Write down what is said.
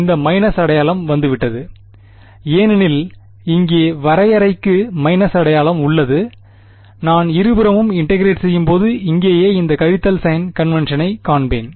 அந்த மைனஸ் அடையாளம் வந்துவிட்டது ஏனெனில் இங்கே வரையறைக்கு மைனஸ் அடையாளம் உள்ளது நான் இருபுறமும் இன்டெகிரெட் செய்யும்போது இங்கேயே இந்த கழித்தல் சைன் கன்வெண்க்ஷனை காண்பேன்